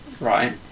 Right